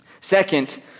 Second